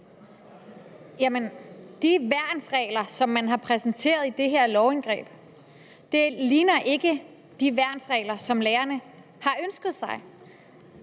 Jamen de værnsregler, som man har præsenteret i det her lovindgreb, ligner ikke de værnsregler, som lærerne har ønsket sig.